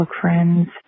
friends